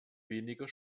weniger